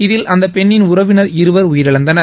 இதில் அந்த பெண்ணின் உறவினர் இருவர் உயிரிழந்தனர்